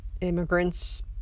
immigrants